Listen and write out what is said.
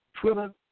Twitter